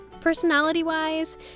Personality-wise